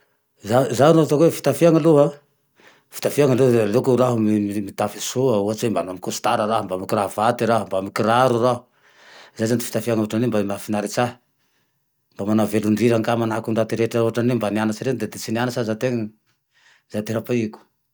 Zaho ny ataoko hoe fitafiana aloha, fitafiana aloha le aleo raho mitafy soa ohatsy hoe manano kostara raho, mba mikravaty raho, mba mikiraro raho. Zay zane ty fitafiagne mba hoe mahafinaritse ahy. Mba manao velin-drira manahike ndaty rehetra ôtrany hoe mba nianatsy reny na de tsy nianatsy aza tena. Zay tena paiko.